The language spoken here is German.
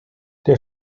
der